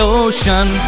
ocean